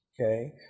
Okay